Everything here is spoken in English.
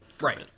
Right